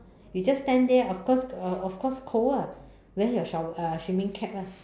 you just stand there of course uh of course cold ah wear your shower uh swimming cap ah